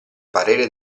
parere